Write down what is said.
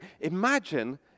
Imagine